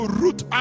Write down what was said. root